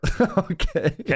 Okay